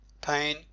Pain